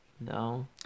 No